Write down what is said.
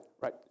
right